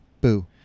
boo